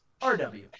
RW